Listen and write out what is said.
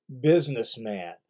businessman